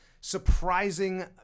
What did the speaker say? surprising